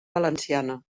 valenciana